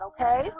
okay